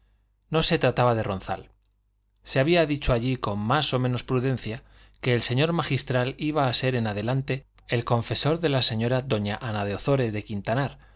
no se trataba de ronzal se había dicho allí con más o menos prudencia que el señor magistral iba a ser en adelante el confesor de la señora doña ana de ozores de quintanar